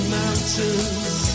mountains